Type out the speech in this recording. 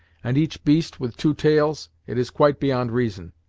and each beast with two tails, it is quite beyond reason.